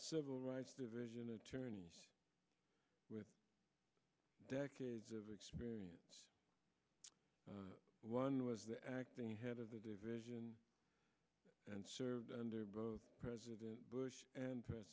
civil rights division attorney with decades of experience one was the acting head of the division and served under both president bush and pre